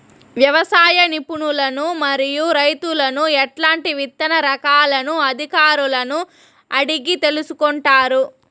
వ్యవసాయ నిపుణులను మరియు రైతులను ఎట్లాంటి విత్తన రకాలను అధికారులను అడిగి తెలుసుకొంటారు?